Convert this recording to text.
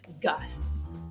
Gus